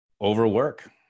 Overwork